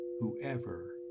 Whoever